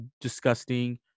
disgusting